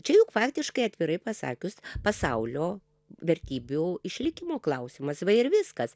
čia juk faktiškai atvirai pasakius pasaulio vertybių išlikimo klausimas va ir viskas